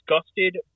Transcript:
disgusted